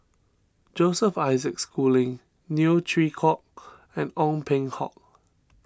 Joseph Isaac Schooling Neo Chwee Kok and Ong Peng Hock